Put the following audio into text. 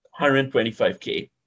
125K